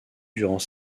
durant